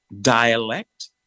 dialect